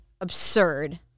absurd